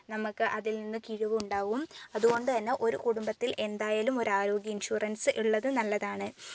നമക്ക് അതിൽ നിന്ന് കിഴിവുണ്ടാവും അതുകൊണ്ട് തന്നെ ഒരു കുടുംബത്തിൽ എന്തായാലും ഒരു ആരോഗ്യ ഇൻഷുറൻസ് ഉള്ളത് നല്ലതാണ്